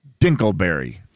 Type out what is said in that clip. Dinkleberry